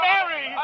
Mary